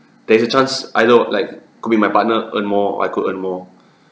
there is a chance either like could be my partner earn more or I could earn more